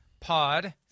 pod